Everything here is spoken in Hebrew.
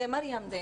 אחד זה 'מרים דיי',